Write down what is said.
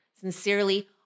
Sincerely